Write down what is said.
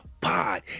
pod